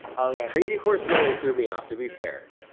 oh yeah. crazy horse lily threw me off to be fair.